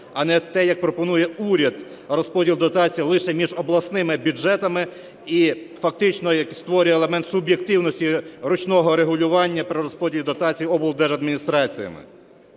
А не те, як пропонує уряд: розподіл дотацій лише між обласними бюджетами, і фактично створює елемент суб'єктивності ручного регулювання при розподілі дотацій облдержадміністраціями.